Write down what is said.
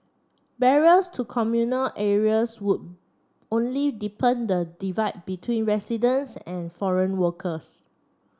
barriers to communal areas would only deepen the divide between residents and foreign workers